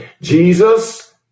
Jesus